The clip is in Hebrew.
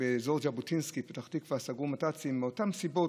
ובאזור ז'בוטינסקי בפתח תקווה סגרו מת"צים מאותן סיבות,